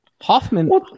Hoffman